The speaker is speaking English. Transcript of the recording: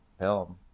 film